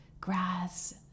grass